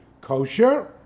kosher